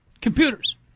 computers